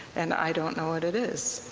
and i don't know what it is.